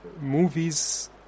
movies